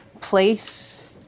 place